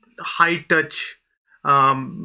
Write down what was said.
high-touch